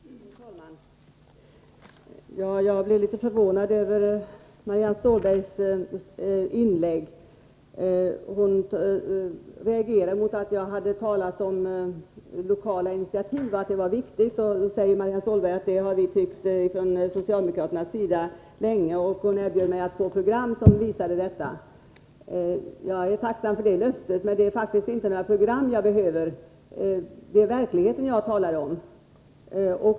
Fru talman! Jag blev litet förvånad när jag hörde Marianne Stålbergs inlägg. Hon reagerar mot att jag talade om lokala initiativ och vikten av dessa. Marianne Stålberg säger då att man från socialdemokraternas sida länge haft samma uppfattning. Hon erbjöd mig program som visade detta. Jag är tacksam för det erbjudandet. Men jag behöver faktiskt inte några program. Det är verkligheten jag talar om.